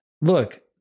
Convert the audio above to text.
look